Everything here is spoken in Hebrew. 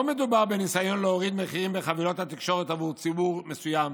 לא מדובר בניסיון להוריד מחירים בחבילות התקשורת בעבור ציבור מסוים,